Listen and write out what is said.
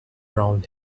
brown